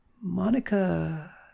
Monica